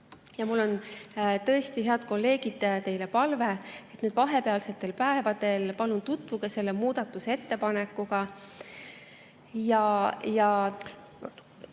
aktiga. Mul on tõesti, head kolleegid, teile palve: nüüd vahepealsetel päevadel palun tutvuge selle muudatusettepanekuga